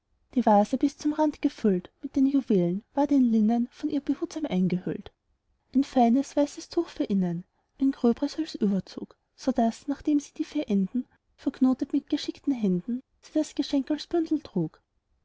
die vase bis zum rand gefüllt mit den juwelen ward in linnen von ihr behutsam eingehüllt ein feines weißes tuch für innen ein gröberes als überzug sodaß nachdem sie die vier enden verknotet mit geschickten händen sie das geschenk als bündel trug